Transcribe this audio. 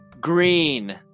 green